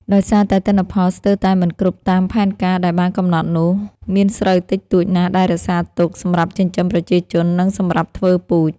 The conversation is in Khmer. ដោយសារតែទិន្នផលស្ទើរតែមិនគ្រប់តាមផែនការដែលបានកំណត់នោះ មានស្រូវតិចតួចណាស់ ដែលរក្សាទុក សម្រាប់ចិញ្ចឹមប្រជាជននិងសម្រាប់ធ្វើពូជ។